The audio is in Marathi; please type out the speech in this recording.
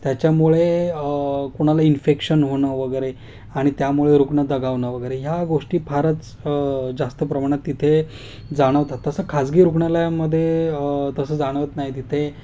त्याच्यामुळे कोणाला इन्फेक्शन होणं वगैरे आणि त्यामुळे रुग्ण दगावणं वगैरे ह्या गोष्टी फारच जास्त प्रमाणात तिथे जाणवतात तसं खाजगी रुग्णालयामधे तसं जाणवत नाही तिथे